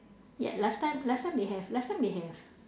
ya last time last time they have last time they have